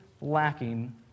lacking